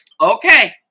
okay